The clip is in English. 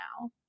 now